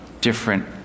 different